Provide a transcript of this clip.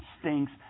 stinks